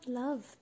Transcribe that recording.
love